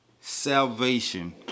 Salvation